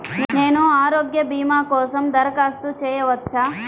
నేను ఆరోగ్య భీమా కోసం దరఖాస్తు చేయవచ్చా?